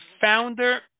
founder